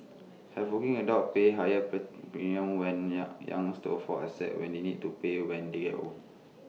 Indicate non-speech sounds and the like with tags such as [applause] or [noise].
have working adults pay higher [unintelligible] premiums when [unintelligible] Young's to offset when they need to pay when they get old